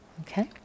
Okay